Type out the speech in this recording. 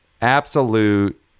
absolute